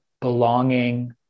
belonging